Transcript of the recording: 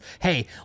Hey